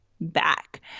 back